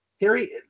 Harry